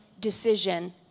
decision